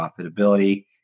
profitability